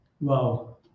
Wow